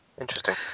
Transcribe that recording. Interesting